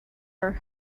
our